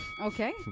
Okay